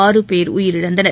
ஆறு பேர் உயிரிழந்தனர்